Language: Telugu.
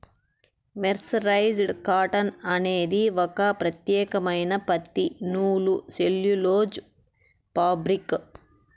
మెర్సరైజ్డ్ కాటన్ అనేది ఒక ప్రత్యేకమైన పత్తి నూలు సెల్యులోజ్ ఫాబ్రిక్